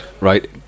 right